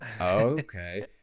Okay